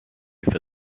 for